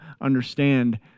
understand